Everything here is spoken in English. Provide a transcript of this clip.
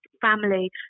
family